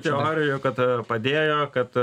teorijų kad padėjo kad